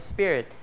Spirit